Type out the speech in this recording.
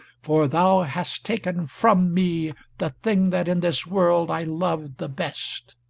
for thou hast taken from me the thing that in this world i loved the best.